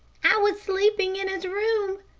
i was sleeping in his room,